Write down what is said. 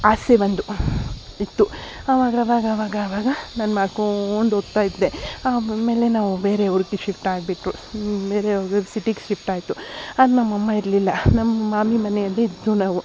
ಆಸೆ ಒಂದು ಇತ್ತು ಆವಾಗವಾಗವಾಗವಾಗ ನಾನು ಮಾಡ್ಕೊಂಡು ಹೋಗ್ತಾ ಇದ್ದೆ ಆಮೇಲೆ ನಾವು ಬೇರೆ ಊರಿಗೆ ಶಿಫ್ಟ್ ಆಗ್ಬಿಟ್ವು ಬೇರೆ ಊರಿಗೆ ಸಿಟಿಗೆ ಶಿಫ್ಟಾಯಿತು ಆಗ ನಮ್ಮಮ್ಮ ಇರಲಿಲ್ಲ ನಮ್ಮ ಮಾಮಿ ಮನೆಯಲ್ಲಿ ಇದ್ವು ನಾವು